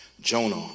Jonah